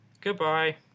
Goodbye